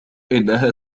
إنها